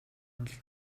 онол